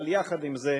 אבל יחד עם זאת